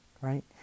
right